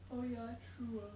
oh yeah true ah